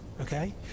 okay